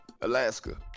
Alaska